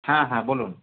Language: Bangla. হ্যাঁ হ্যাঁ বলুন